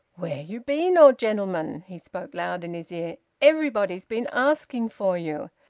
where you been, old gentleman? he spoke loud in his ear. everybody's been asking for you.